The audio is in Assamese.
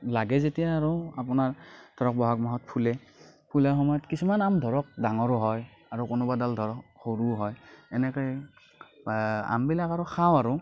লাগে যেতিয়া আৰু আপোনাৰ ধৰক বহাগ মাহত ফুলে ফুলাৰ সময়ত কিছুমান আম ধৰক ডাঙৰো হয় আৰু কোনোবাডাল ধৰক সৰুও হয় এনেকেই আমবিলাক আৰু খাওঁ আৰু